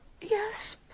Yes